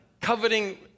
coveting